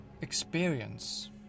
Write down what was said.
experience